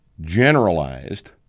generalized